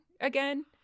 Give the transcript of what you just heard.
again